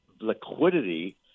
liquidity